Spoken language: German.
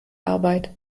arbeit